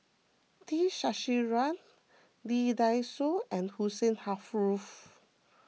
T Sasitharan Lee Dai Soh and Hussein half loof